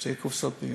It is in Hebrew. שתי קופסאות ביום,